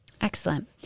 Excellent